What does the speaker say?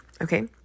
Okay